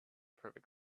perfect